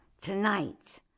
tonight